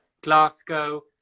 Glasgow